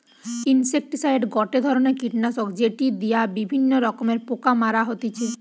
insecticide গটে ধরণের কীটনাশক যেটি দিয়া বিভিন্ন রকমের পোকা মারা হতিছে